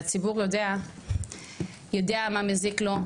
והציבור יודע מה מזיק לו,